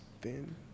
thin